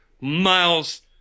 miles